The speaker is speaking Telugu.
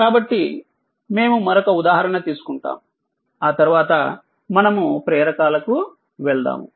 కాబట్టి మేము మరొక ఉదాహరణ తీసుకుంటాముఆ తర్వాత మనము ప్రేరకాలకు వెళ్తాము